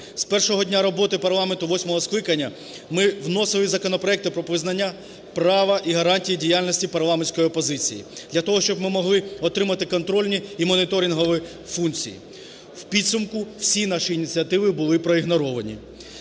З першого дня роботи парламенту восьмого скликання ми вносили законопроекти про визнання права і гарантії діяльності парламентської опозиції для того, щоб ми могли отримати контрольні і моніторингові функції. У підсумку всі наші ініціативи були проігноровані.